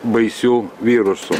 baisiu virusu